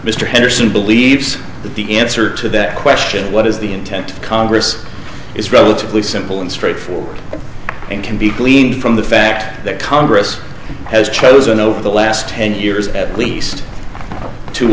mr henderson believes that the answer to that question what is the intent congress is relatively simple and straightforward and can be gleaned from the fact that congress has chosen over the last ten years at least to